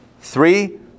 Three